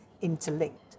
interlinked